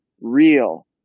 real